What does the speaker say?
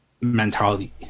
mentality